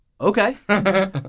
okay